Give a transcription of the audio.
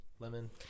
Lemon